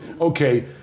Okay